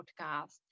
podcast